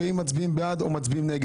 יחליטו אם מצביעים בעד או נגד.